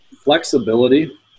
flexibility